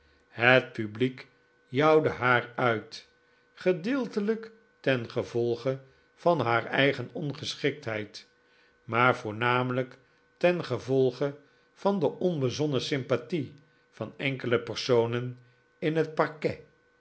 het publiek jouwde haar uit gedeeltelijk tengevolge van haar eigen ongeschiktheid maar voornamelijk tengevolge van de onbezonnen sympathie van enkele personen in het parquet